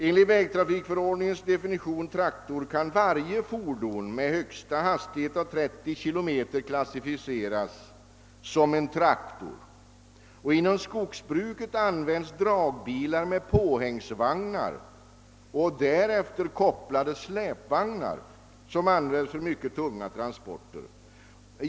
Enligt vägtrafikförordningens definition kan varje fordon med en högsta hastighet av 30 km per timme klassificeras som traktor. Inom skogsbruket används dragbilar med påhängsvagnar och därefter kopplade släpvagnar för mycket tunga transporter.